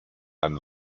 ein